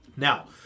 Now